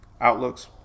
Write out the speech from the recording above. outlooks